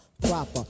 proper